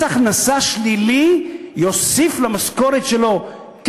מס הכנסה שלילי יוסיף למשכורת שלו את